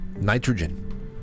nitrogen